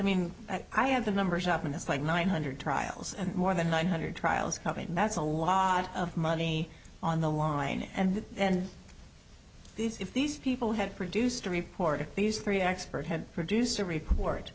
mean i have the numbers up and it's like nine hundred trials and more than one hundred trials i mean that's a lot of money on the line and if these people had produced a report these three experts had produced a report